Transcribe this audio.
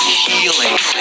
healing